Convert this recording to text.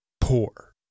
poor